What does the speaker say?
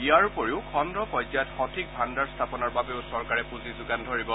ইয়াৰ উপৰিও খণ্ড পৰ্যায়ত সঠিক ভাণ্ডাৰ স্থাপনৰ বাবেও চৰকাৰে পুঁজি যোগান ধৰিব